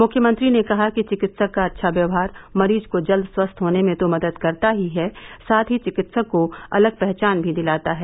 मुख्यमंत्री ने कहा कि चिकित्सक का अच्छा व्यवहार मरीज को जल्द स्वस्थ होने में तो मदद करता ही है साथ ही चिकित्सक को अलग पहचान भी दिलाता है